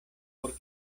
por